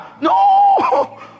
No